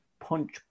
punch